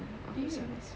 period